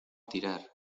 tirar